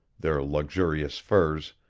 their luxurious furs,